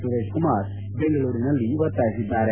ಸುರೇಶ್ಕುಮಾರ್ ಬೆಂಗಳೂರಿನಲ್ಲಿ ಒತ್ತಾಯಿಸಿದ್ದಾರೆ